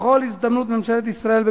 בכל הזדמנות ממשלת ישראל,